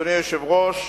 אדוני היושב-ראש,